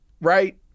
right